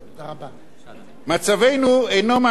מצבנו אינו מאפשר רגיעה ביטחונית,